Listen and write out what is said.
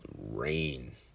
rain